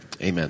amen